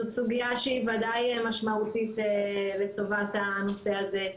זאת סוגיה שהיא ודאי משמעותית לטובת הנושא הזה.